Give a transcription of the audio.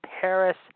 Paris